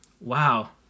Wow